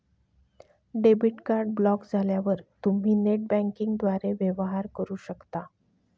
debit card block झाल्यावर तुम्ही net बँकिंगद्वारे वेवहार करू शकता